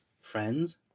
friends